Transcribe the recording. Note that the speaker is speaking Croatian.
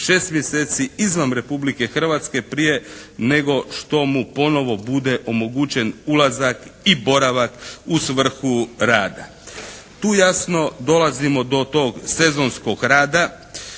šest mjeseci izvan Republike Hrvatske prije nego što mu ponovo bude omogućen ulazak i boravak u svrhu rada. Tu jasno dolazimo do tog sezonskog rada,